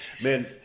Man